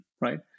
right